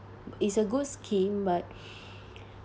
it's a good scheme but